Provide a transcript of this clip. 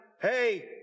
Hey